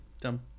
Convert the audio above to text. Dumb